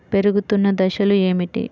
పెరుగుతున్న దశలు ఏమిటి?